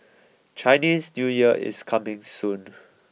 Chinese New Year is coming soon